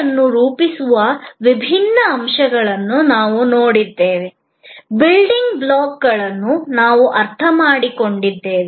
ಸೇವೆಯನ್ನು ರೂಪಿಸುವ ವಿಭಿನ್ನ ಅಂಶಗಳನ್ನು ನಾವು ನೋಡಿದ್ದೇವೆ ಬಿಲ್ಡಿಂಗ್ ಬ್ಲಾಕ್ಗಳನ್ನು ನಾವು ಅರ್ಥಮಾಡಿಕೊಂಡಿದ್ದೇವೆ